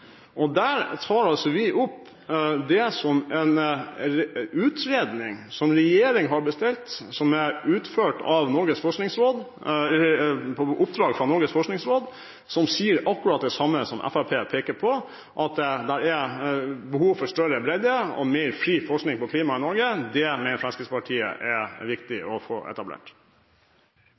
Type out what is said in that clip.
merknad. Der tar vi for oss en utredning som regjeringen har bestilt, og som er utført på oppdrag fra Norges forskningsråd. Den sier akkurat det samme som det som Fremskrittspartiet peker på: Det er behov for større bredde og mer fri forskning på klima i Norge. Det mener Fremskrittspartiet det er viktig å få etablert.